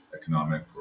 economic